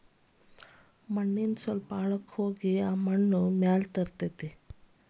ಮಣ್ಣಿನ ಸ್ವಲ್ಪ ಆಳಕ್ಕ ಹೋಗಿ ಆ ಮಣ್ಣ ಮ್ಯಾಲ ತರತತಿ